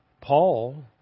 Paul